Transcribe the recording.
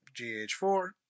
GH4